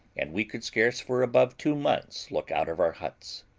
and we could scarce, for above two months, look out of our huts.